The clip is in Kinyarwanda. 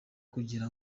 kugira